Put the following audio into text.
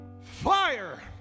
Fire